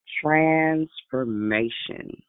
transformation